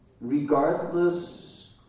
regardless